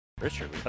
Richard